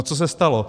Co se stalo?